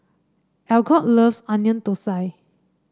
Algot loves Onion Thosai